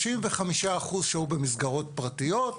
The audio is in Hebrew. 35% שהו במסגרות פרטיות.